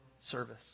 service